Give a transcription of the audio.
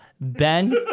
Ben